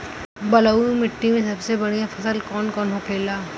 बलुई मिट्टी में सबसे बढ़ियां फसल कौन कौन होखेला?